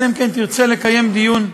אלא אם כן תרצה לקיים דיון.